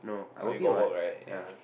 but you got work right ya